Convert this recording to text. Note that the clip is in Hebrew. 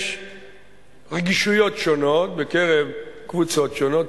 יש רגישויות שונות בקרב קבוצות שונות,